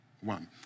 one